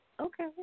Okay